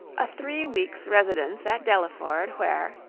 a three weeks' residence at delaford, where,